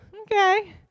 okay